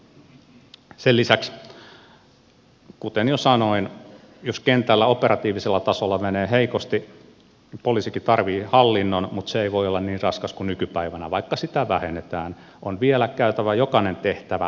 sen lisäksi kuten jo sanoin jos kentällä operatiivisella tasolla menee heikosti niin vaikka poliisikin tarvitsee hallinnon se ei voi olla niin raskas kuin nykypäivänä ja vaikka sitä vähennetään on vielä käytävä jokainen tehtävä läpi